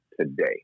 today